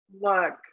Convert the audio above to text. look